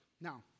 Now